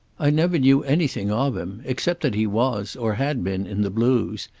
i never knew anything of him except that he was, or had been, in the blues,